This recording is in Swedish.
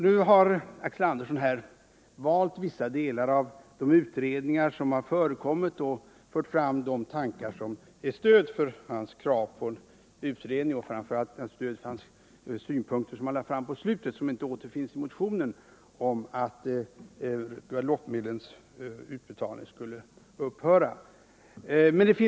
Nu har Axel Andersson valt vissa delar av de utredningar som gjorts och fört fram tankar från dessa som ett stöd för sitt krav på en utredning. Det gällde framför allt de synpunkter han förde fram i slutet av sitt anförande och som inte finns med i motionen, synpunkter som gick ut på att utbetalningen av Guadeloupemedlen skulle upphöra.